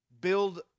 build